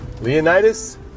Leonidas